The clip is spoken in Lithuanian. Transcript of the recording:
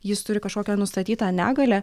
jis turi kažkokią nustatytą negalią